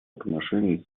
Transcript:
отношений